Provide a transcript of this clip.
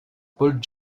paul